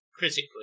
critically